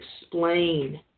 explain